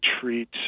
treat